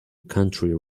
country